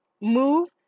move